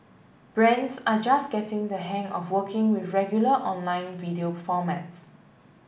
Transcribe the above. brands are just getting the hang of working with regular online video formats